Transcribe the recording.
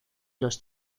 los